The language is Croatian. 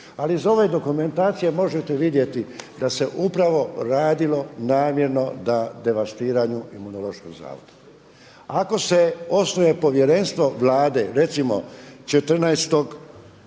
Ali iz ove dokumentacije možete vidjeti da se upravo radilo namjerno na devastiranju Imunološkog zavoda. Ako se osnuje povjerenstvo Vlade recimo 14.-og